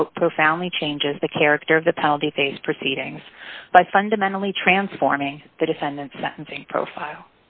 quote profoundly changes the character of the penalty phase proceedings by fundamentally transforming the defendant's sentencing profile